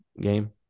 game